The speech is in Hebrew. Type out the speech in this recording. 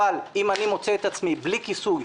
אבל אם אני מוצא את עצמי פעמים רבות בלי כיסוי,